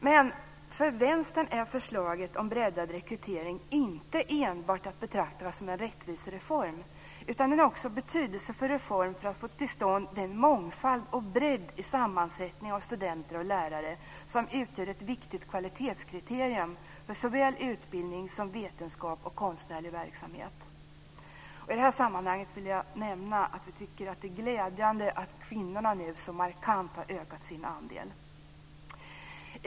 Men för Vänstern är förslaget om breddad rekrytering inte enbart att betrakta som en rättvisereform utan den är också en betydelsefull reform för att få till stånd den mångfald och bredd i sammansättningen av studenter och lärare som utgör ett viktigt kvalitetskriterium för såväl utbildning som vetenskap och konstnärlig verksamhet. I det här sammanhanget vill jag nämna att vi tycker att det är glädjande att kvinnorna nu så markant har ökat sin andel.